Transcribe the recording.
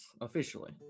officially